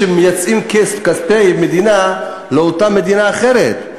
שמייצאים כספי מדינה לאותה מדינה אחרת,